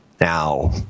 Now